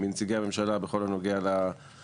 חלק אני מבין שהממשלה עדיין בבדיקה.